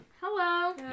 Hello